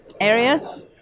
areas